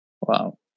wow